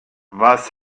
was